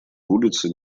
улицы